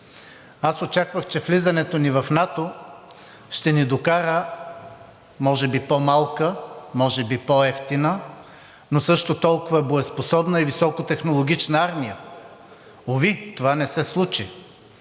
Аз очаквах, че влизането ни в НАТО ще ни докара може би по-малка, може би по-евтина, но също толкова боеспособна и високотехнологична армия. Уви, това не се случи.